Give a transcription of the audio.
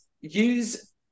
use